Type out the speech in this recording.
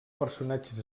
personatges